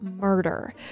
murder